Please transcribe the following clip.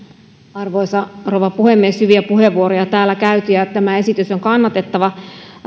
arvoisa rouva puhemies hyviä puheenvuoroja täällä on käytetty ja tämä esitys on kannatettava